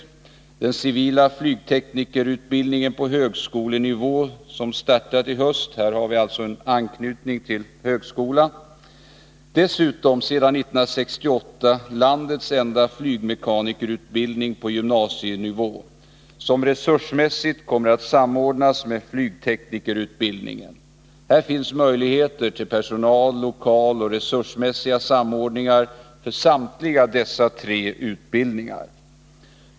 Där finns den civila flygteknikerutbildningen på högskolenivå, som startat i höst. Här har vi alltså en anknytning till högskolan. Dessutom finns sedan 1968 landets enda flygmekanikerutbildning på gymnasienivå som resursmässigt kommer att samordnas med flygteknikerutbildningen. Här finns möjligheter till personal-, lokaloch resursmässiga samordningar för samtliga dessa tre utbildningar.